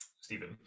Stephen